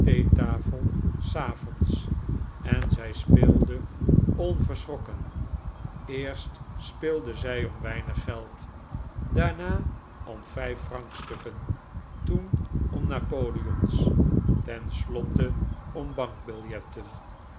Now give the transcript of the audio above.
ecarfe tafel s avonds en zij speelde onverschrokken eerst speelde zij om weinig geld daarna om vijffrankstukken toen om napoleons ten slotte om bankbiljetten